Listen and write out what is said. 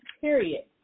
period